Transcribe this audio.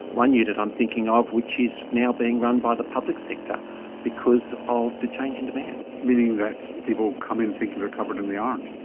one unit i'm thinking of which is now being run by the public sector because of the change in demand. meaning that people come in thinking they are covered and they aren't.